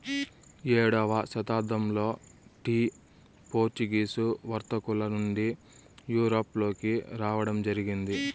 ఏడవ శతాబ్దంలో tea Portuguese వర్తకుల నుండి యూరప్ లోకి రావడం జరిగింది